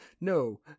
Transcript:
no